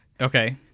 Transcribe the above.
Okay